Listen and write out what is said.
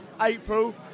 April